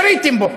יריתם בו,